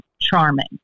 charming